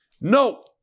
No